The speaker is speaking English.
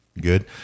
Good